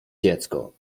dziecko